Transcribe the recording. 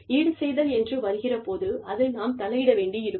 ஈடுசெய்தல் என்ற வருகிற போது அதில் நாம் தலையிட வேண்டியிருக்கும்